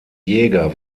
jäger